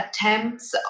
attempts